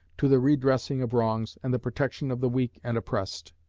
to the redressing of wrongs, and the protection of the weak and oppressed.